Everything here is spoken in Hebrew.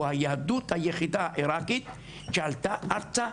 או היהדות היחידה עירקית שעלתה ארצה,